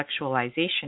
intellectualization